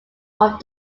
off